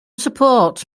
support